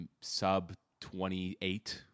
sub-28